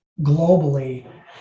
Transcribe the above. globally